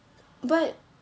but